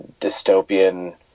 dystopian